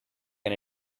can